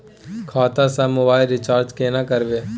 खाता स mobile recharge केना करबे?